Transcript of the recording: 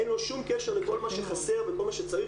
אין לו שום קשר לכל מה שחסר וכל מה שצריך